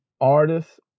artists